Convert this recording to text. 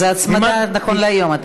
אתה אומר: זו ההצמדה נכון להיום.